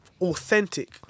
authentic